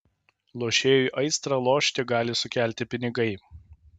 lošėjui aistrą lošti gali sukelti pinigai